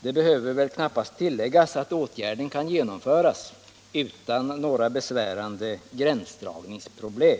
Det behöver kanske inte tilläggas att åtgärden kan genomföras utan några besvärliga gränsdragningsproblem.